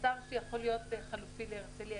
אתר שיכול להיות חליפי להרצליה.